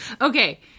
Okay